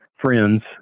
friends